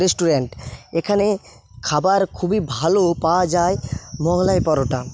restaurant এখানে খাবার খুবই ভালো পাওয়া যায় মোগলাই পরোটা